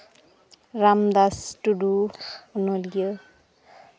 ᱨᱟᱢᱫᱟᱥ ᱴᱩᱰᱩ ᱚᱱᱚᱞᱤᱭᱟᱹ